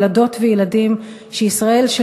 ילדות וילדים שישראל של